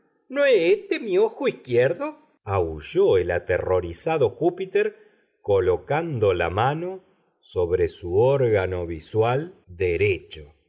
no é éte mi ojo isquierdo aulló el aterrorizado júpiter colocando la mano sobre su órgano visual derecho